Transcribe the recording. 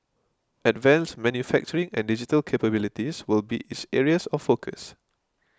advanced manufacturing and digital capabilities will be its areas of focus